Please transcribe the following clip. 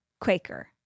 Quaker